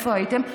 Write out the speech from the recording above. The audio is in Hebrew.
איפה הייתם,